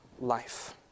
life